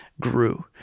grew